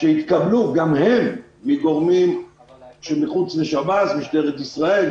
שהתקבלו גם הם מגורמים שמחוץ לשב"ס: משטרת ישראל,